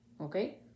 Okay